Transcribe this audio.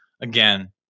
again